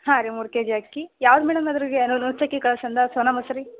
ಹಾಂ ರೀ ಮೂರು ಕೆ ಜಿ ಅಕ್ಕಿ ಯಾವ್ದು ಮೇಡಮ್ ಅದ್ರಾಗೆ ಎನೊಲ್ ನುಚ್ಚಕ್ಕಿ ಕಲಸೊಂದು ಸೋನಾಮಸೂರಿ